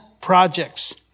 projects